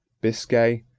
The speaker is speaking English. biscay,